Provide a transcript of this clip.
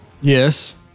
Yes